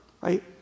right